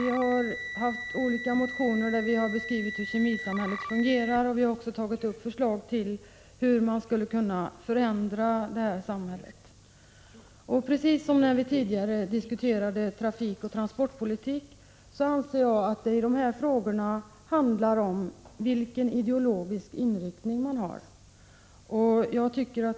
Vi har väckt olika motioner i vilka vi har beskrivit hur kemisamhället fungerar, och vi har också ställt förslag om hur detta samhälle skall kunna förändras. Precis som när vi tidigare här diskuterade trafikoch transportpolitik anser jag att det också i dessa frågor handlar om ideologisk inriktning.